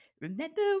remember